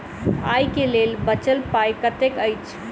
आइ केँ लेल बचल पाय कतेक अछि?